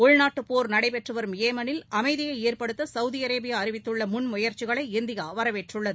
உள்நாட்டு போர் நடைபெற்றுவரும் ஏமனில் அமைதியை ஏற்படுத்த சவுதி அரேபியா அறிவித்துள்ள முன் முயற்சிகளை இந்தியா வரவேற்றுள்ளது